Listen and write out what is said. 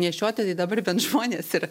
nešioti tai dabar bent žmonės ir